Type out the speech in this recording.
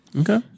Okay